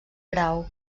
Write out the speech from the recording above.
grau